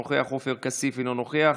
אינו נוכח, עופר כסיף, אינו נוכח,